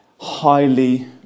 highly